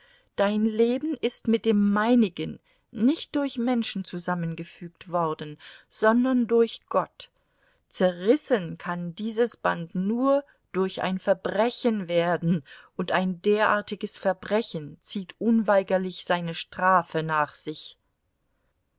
dein leben ist mit dem meinigen nicht durch menschen zusammengefügt worden sondern durch gott zerrissen kann dieses band nur durch ein verbrechen werden und ein derartiges verbrechen zieht unweigerlich seine strafe nach sich